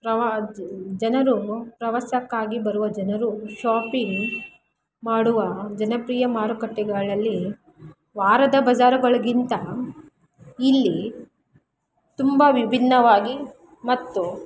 ಪ್ರವಾ ಜನರು ಪ್ರವಾಸಕ್ಕಾಗಿ ಬರುವ ಜನರು ಶಾಪಿಂಗ್ ಮಾಡುವ ಜನಪ್ರಿಯ ಮಾರುಕಟ್ಟೆಗಳಲ್ಲಿ ವಾರದ ಬಝಾರುಗಳಿಗಿಂತ ಇಲ್ಲಿ ತುಂಬ ವಿಭಿನ್ನವಾಗಿ ಮತ್ತು